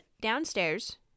downstairs